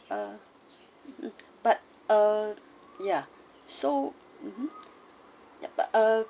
ah mm but uh yeah so mmhmm but uh